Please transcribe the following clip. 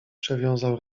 przewiązał